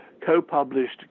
co-published